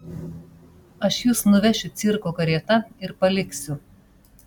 aš jus nuvešiu cirko karieta ir paliksiu